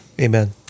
Amen